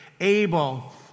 Abel